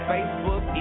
Facebook